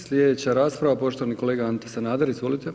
Slijedeća rasprava poštovani kolega Ante Sanader, izvolite.